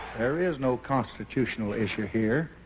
there is no constitutional issue here.